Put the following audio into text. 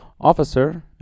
officer